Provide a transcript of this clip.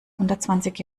hundertzwanzig